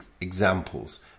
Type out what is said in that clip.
examples